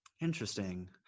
Interesting